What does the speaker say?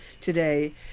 today